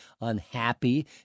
unhappy